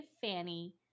Fanny